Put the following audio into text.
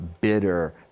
bitter